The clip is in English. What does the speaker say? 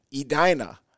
Edina